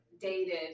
dated